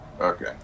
Okay